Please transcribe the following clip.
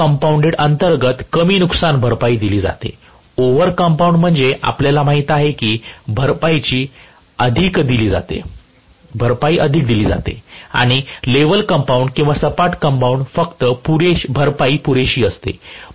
under compounded अंतर्गत कमी नुकसान भरपाई दिली जाते ओव्हर कंपाऊंड म्हणजे आपल्याला माहित आहे की भरपाई अधिक दिली जाते आणि लेवल कंपाऊंड किंवा सपाट कंपाऊंड फक्त भरपाई पुरेशी असते